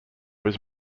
was